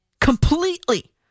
completely